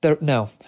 No